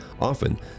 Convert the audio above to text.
Often